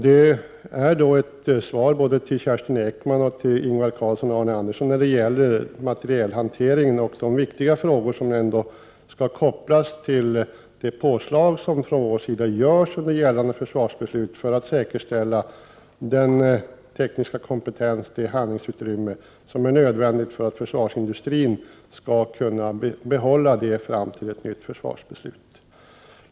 Det är ett svar till Kerstin Ekman, Ingvar Karlsson i Bengtsfors och Arne Andersson i Ljung när det gäller materielhanteringen och de viktiga frågor som ändå skall kopplas till det påslag som från vår sida görs under gällande försvarsbeslut för att säkerställa den tekniska kompetensen och det handlingsutrymme som är nödvändigt för att försvarsindustrin skall kunna behålla detta fram till ett nytt försvarsbeslut.